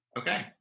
Okay